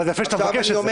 אבל זה יפה שאתה מבקש את זה.